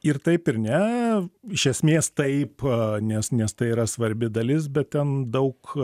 ir taip ir ne iš esmės taip nes nes tai yra svarbi dalis bet ten daug